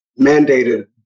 mandated